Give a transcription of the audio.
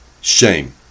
shame